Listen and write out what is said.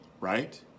right